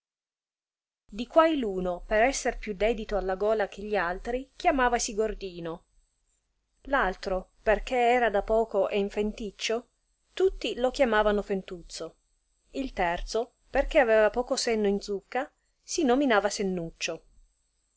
di quai r uno per esser più dedito alla gola che gli altri chiamavasi gordino l'altro perchè era da poco e int'enticcio lutti lo chiamavano fentuzzo il terzo perchè aveva poco senno in zucca si nominava sennuccio